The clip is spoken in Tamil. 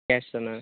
கேஷ் தானா